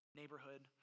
neighborhood